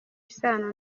isano